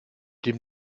dem